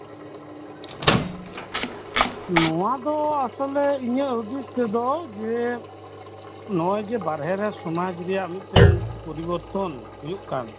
ᱱᱚᱣᱟ ᱫᱚ ᱤᱧᱟᱹᱜ ᱦᱩᱫᱤᱥ ᱛᱮᱫᱚ ᱡᱮ ᱱᱚᱜ ᱚᱭᱡᱮ ᱵᱟᱦᱨᱮ ᱨᱮ ᱥᱚᱢᱟᱡ ᱨᱮᱭᱟᱜ ᱯᱚᱨᱤᱵᱚᱨᱛᱚᱱ ᱦᱩᱭᱩᱜ ᱠᱟᱱ